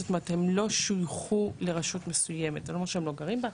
זאת אומרת הם לא שויכו לרשות מסוימת בגלל שהם לא גרים בה,